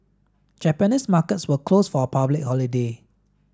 Japanese markets were closed for a public holiday